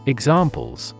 Examples